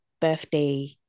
birthday